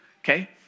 okay